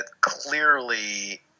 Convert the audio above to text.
clearly